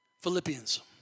Philippians